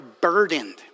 burdened